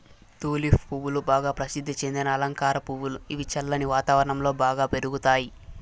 tulip పువ్వులు బాగా ప్రసిద్ది చెందిన అలంకార పువ్వులు, ఇవి చల్లని వాతావరణం లో బాగా పెరుగుతాయి